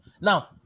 Now